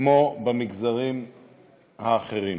כמו במגזרים האחרים.